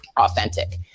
authentic